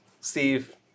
Steve